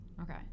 Okay